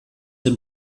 dem